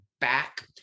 back